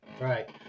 Right